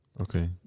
Okay